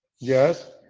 yes.